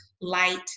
light